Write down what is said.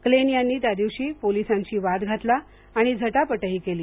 Klein यांनी त्यादिवशी पोलिसांशी वाद घातला आणि झटापटही केली